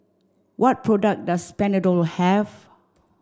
what product does Panadol have